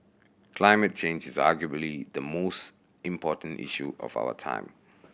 climate change is arguably the most important issue of our time